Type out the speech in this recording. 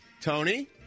Tony